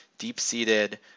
deep-seated